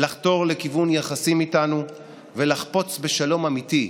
לחתור לכינון יחסים איתנו ולחפוץ בשלום אמיתי,